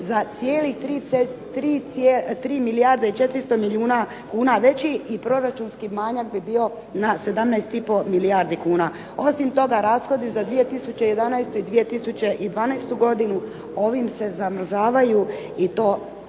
za cijelih 3 milijarde i 400 milijuna kuna veći i proračunski manjak bi bio na 17 i pol milijardi kuna. Osim toga, rashodi za 2011. i 2012. godinu ovim se zamrzavaju i to svakako